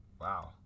Wow